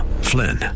Flynn